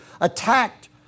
attacked